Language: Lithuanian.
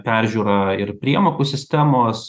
peržiūra ir priemokų sistemos